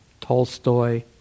Tolstoy